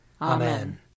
Amen